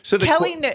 Kelly